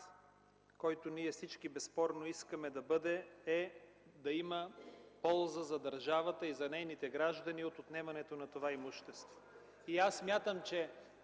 който ние всички искаме безспорно, е да има полза за държавата и за нейните граждани от отнемането на това имущество. Аз смятам, че